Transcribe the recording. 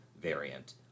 variant